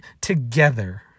together